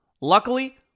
Luckily